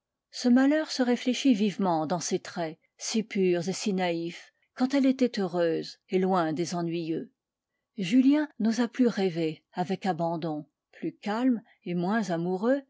ce malheur se réfléchit vivement dans ses traits si purs et si naïfs quand elle était heureuse et loin des ennuyeux julien n'osa plus rêver avec abandon plus calme et moins amoureux